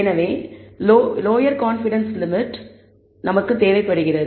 எனக்கு lower confidence limit டும் தேவைபடுகிறது